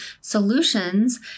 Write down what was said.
solutions